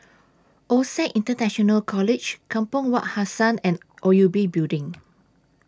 OSAC International College Kampong Wak Hassan and O U B Building